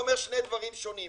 אומר שני דברים שונים.